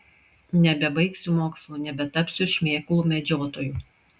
nebebaigsiu mokslų nebetapsiu šmėklų medžiotoju